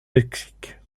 mexique